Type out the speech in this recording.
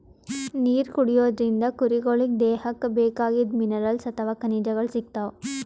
ನೀರ್ ಕುಡಿಯೋದ್ರಿಂದ್ ಕುರಿಗೊಳಿಗ್ ದೇಹಕ್ಕ್ ಬೇಕಾಗಿದ್ದ್ ಮಿನರಲ್ಸ್ ಅಥವಾ ಖನಿಜಗಳ್ ಸಿಗ್ತವ್